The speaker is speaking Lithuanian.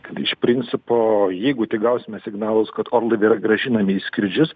kad iš principo jeigu tik gausime signalus kad orlaiviai yra grąžinami į skrydžius